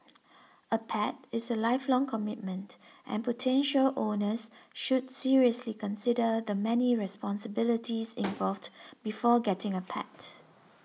a pet is a lifelong commitment and potential owners should seriously consider the many responsibilities involved before getting a pet